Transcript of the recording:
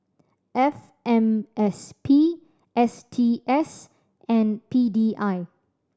F M S P S T S and P D I